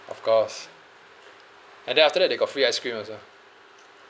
of course and then after that they got free ice cream also